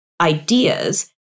ideas